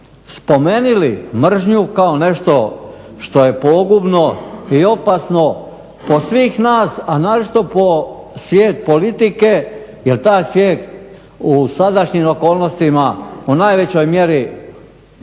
spomenuli mržnju kao nešto što je pogubno i opasno po svih nas a naročito po svijet politike jer taj svijet u sadašnjim okolnostima u najvećoj mjeri